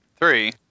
Three